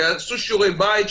שיעשו שיעורי בית,